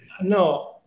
No